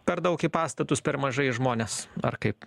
per daug į pastatus per mažai žmones ar kaip